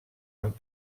amb